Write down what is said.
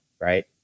right